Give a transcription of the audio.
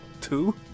two